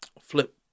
flip